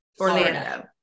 Orlando